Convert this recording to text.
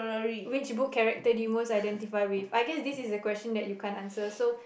which book character do you most identify with I guess this is a question that you can't answer so